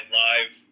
live